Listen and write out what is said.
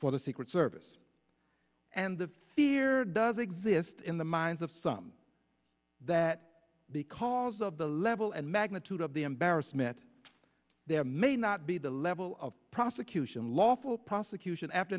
for the secret service and the fear does exist in the minds of some that because of the level and magnitude of the embarrassment there may not be the level of prosecution lawful prosecution after